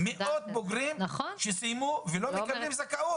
מאות בוגרים שסיימו ולא מקבלים זכאות.